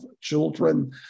children